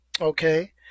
Okay